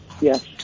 Yes